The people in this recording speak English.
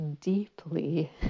deeply